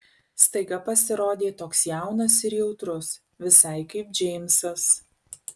staiga pasirodė toks jaunas ir jautrus visai kaip džeimsas